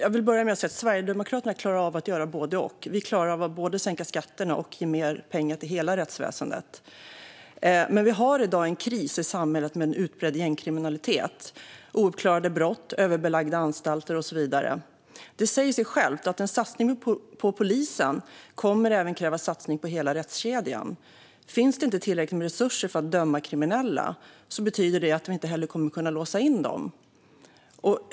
Fru talman! Sverigedemokraterna klarar av att göra både och. Vi klarar av att både sänka skatterna och ge mer pengar till hela rättsväsendet. I dag har vi en kris i samhället med utbredd gängkriminalitet, ouppklarade brott, överbelagda anstalter och så vidare. Det säger sig självt att en satsning på polisen även kräver en satsning på hela rättskedjan. Om det inte finns tillräckligt med resurser för att döma kriminella kommer man inte heller att kunna låsa in dem.